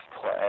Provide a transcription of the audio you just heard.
play